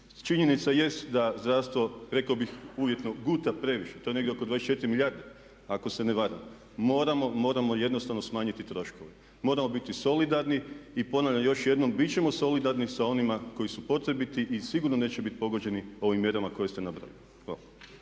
Činjenica jest da zdravstvo rekao bih uvjetno guta previše, to je negdje oko 24 milijarde ako se ne varam. Moramo jednostavno smanjiti troškove. Moramo biti solidarni. I ponavljam još jednom bit ćemo solidarni sa onima koji su potrebiti i sigurno neće biti pogođeni ovim mjerama koje ste nabrojali. Hvala.